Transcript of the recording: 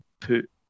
put